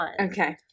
Okay